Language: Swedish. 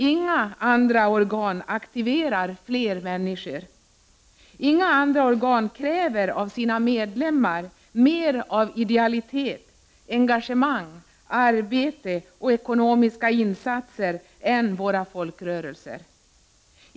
Inga andra organ aktiverar fler människor. Inga andra organ kräver av sina medlemmar mer av idealitet, engagemang, arbete och ekonomiska insatser än våra folkrörelser.